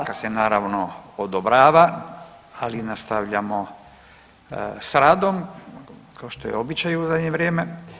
Stanka se naravno, odobrava, ali nastavljamo s radom kao što je običaj u zadnje vrijeme.